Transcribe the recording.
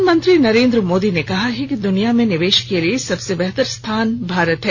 प्रधानमंत्री नरेन्द्र ं मोदी ने कहा है कि दुनियां में निवेश के लिए सबसे बेहतर स्थान भारत है